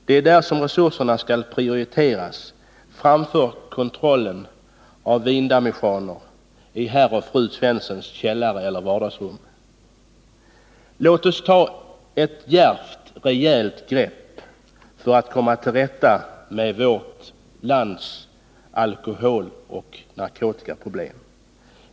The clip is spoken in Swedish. Det är resurser till det området som skall prioriteras framför kontrollen av vindamejeanner i herr och fru Svenssons källare eller vardagsrum. Låt oss ta ett djärvt, rejält grepp för att komma till rätta med vårt lands alkoholoch narkotikaproblem.